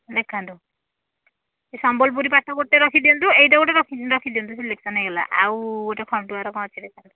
ଦେଖାନ୍ତୁ ସେ ସମ୍ବଲପୁରୀ ପାଟ ଗୋଟେ ରଖିଦିଅନ୍ତୁ ଏଇଟା ଗୋଟେ ରଖିଦିଅନ୍ତୁ ସିଲେକ୍ସନ୍ ହୋଇଗଲା ଆଉ ଗୋଟେ ଖଣ୍ଡୁଆର କ'ଣ ଅଛି ଦେଖାନ୍ତୁ